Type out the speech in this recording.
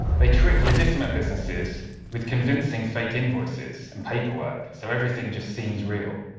they trick legitimate businesses with convincing fake invoices and paperwork, so everything just seems real,